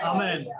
Amen